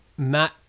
matt